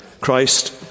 Christ